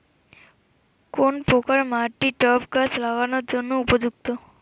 কোন প্রকার মাটি টবে গাছ লাগানোর জন্য উপযুক্ত?